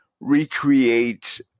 recreate